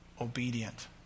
Obedient